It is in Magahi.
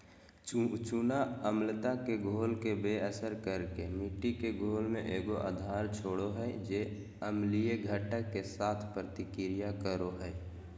चूना अम्लता के घोल के बेअसर कर के मिट्टी के घोल में एगो आधार छोड़ हइ जे अम्लीय घटक, के साथ प्रतिक्रिया करो हइ